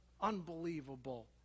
unbelievable